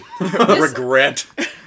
Regret